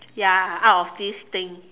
ya out of this thing